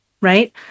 Right